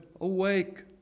awake